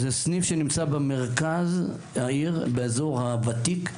זה סניף שנמצא במרכז העיר באזור הוותיק,